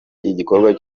igikorwa